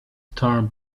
torn